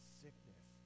sickness